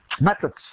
methods